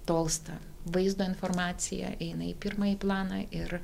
tolsta vaizdo informacija eina į pirmąjį planą ir